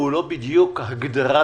אקריא ואסביר את זה.